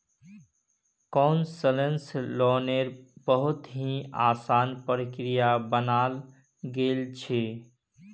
concessional लोन्नेर बहुत ही असान प्रक्रिया बनाल गेल छे